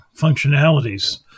functionalities